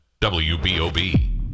WBOB